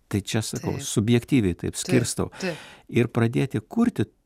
tai čia sakau subjektyviai taip skirstau ir pradėti kurti